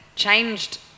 changed